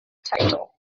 title